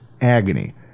agony